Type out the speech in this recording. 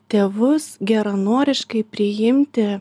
tėvus geranoriškai priimti